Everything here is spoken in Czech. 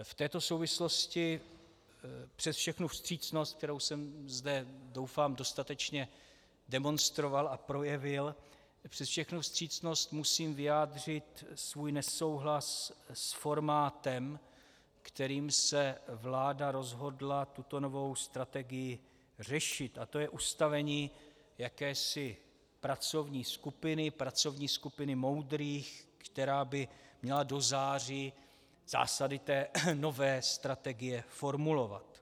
V této souvislosti přes všechnu vstřícnost, kterou jsem zde doufám dostatečně demonstroval a projevil, přes všechnu vstřícnost musím vyjádřit svůj nesouhlas s formátem, kterým se vláda rozhodla tuto novou strategii řešit, a to je ustavení jakési pracovní skupiny, pracovní skupiny moudrých, která by měla do září zásady té nové strategie formulovat.